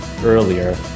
earlier